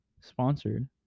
sponsored